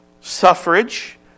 suffrage